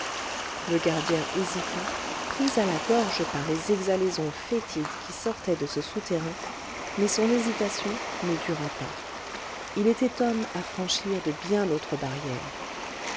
le gardien hésita pris à la gorge par les exhalaisons fétides qui sortaient de ce souterrain mais son hésitation ne dura pas il était homme à franchir de bien autres barrières